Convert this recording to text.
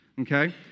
okay